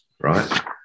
right